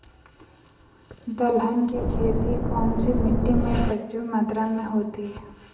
दलहन की खेती कौन सी मिट्टी में प्रचुर मात्रा में होती है?